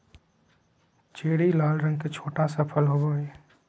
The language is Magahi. चेरी लाल रंग के छोटा सा फल होबो हइ